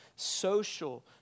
social